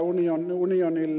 rangaistussäännöksineen